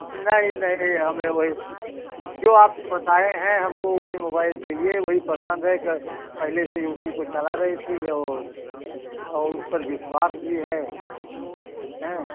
नहीं नहीं हमें वही जो आपसे बताए हैं हमें वही मोबाइल चाहिए वही पसंद है ग पहले से ही उसी को चला रहे थे और और उस पर विश्वास भी है हाँ